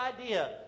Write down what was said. idea